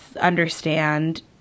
understand